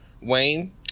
Wayne